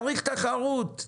צריך תחרות.